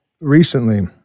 recently